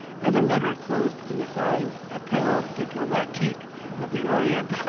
and a letter clothed in the fine apparel diplomatique of the orient.